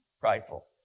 prideful